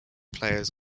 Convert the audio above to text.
players